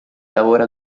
lavora